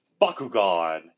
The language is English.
Bakugan